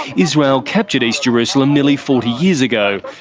israel captured east jerusalem nearly forty years ago,